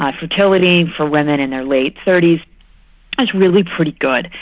um fertility for women in their late thirty s is really pretty good.